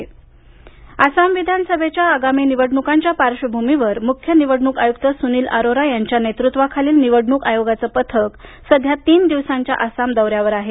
आसाम निवडणक आयोग आसाम विधानसभेच्या आगामी निवडणुकांच्या पार्श्वभूमीवर मुख्य निवडणूक आयुक्त सुनील अरोरा यांच्या नेतृत्वाखालील निवडणूक आयोगाचं पथक सध्या तीन दिवसांच्या आसाम दौऱ्यावर आहे